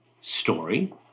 story